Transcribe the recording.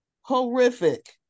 Horrific